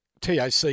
TAC